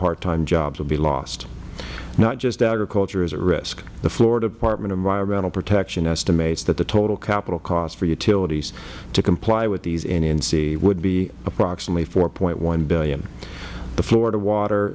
part time jobs will be lost not just agriculture is at risk the florida department of environmental protection estimates that the total capital cost for utilities to comply with these nnc would be approximately four dollars ten cents billion the florida water